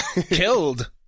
killed